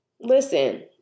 listen